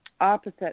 opposite